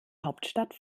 hauptstadt